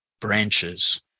branches